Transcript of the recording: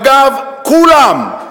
אגב, כולם,